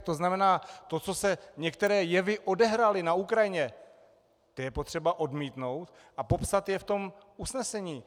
To znamená, to, co se, některé jevy, odehrály na Ukrajině, to je potřeba odmítnout a popsat je v tom usnesení.